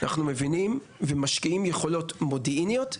אנחנו מבינים ומשקיעים יכולות מודיעיניות,